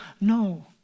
No